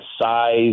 size